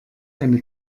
eine